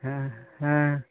हाँ हाँ